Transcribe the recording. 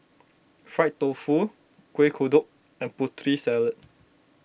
Fried Tofu Kueh Kodok and Putri Salad